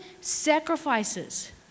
sacrifices